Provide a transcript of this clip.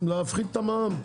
להפחית את המע"מ.